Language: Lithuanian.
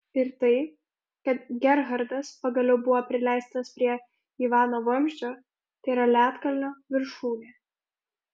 ir tai kad gerhardas pagaliau buvo prileistas prie ivano vamzdžio tėra ledkalnio viršūnė